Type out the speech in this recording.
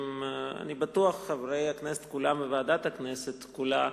אני בטוח שבשם חברי הכנסת כולם וועדת הכנסת כולה,